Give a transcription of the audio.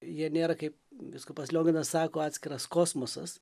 jie nėra kaip vyskupas lionginas sako atskiras kosmosas